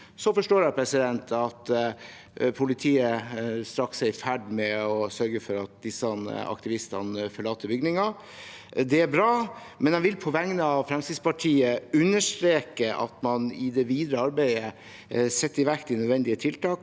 Jeg forstår at politiet straks vil være i ferd med å sørge for at disse aktivistene forlater bygningen. Det er bra, men jeg vil på vegne av Fremskrittspartiet understreke at man i det videre arbeidet setter i verk de nødvendige tiltak